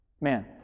Man